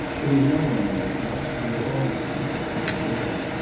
there is no one in your house they are all asleep or out of doors,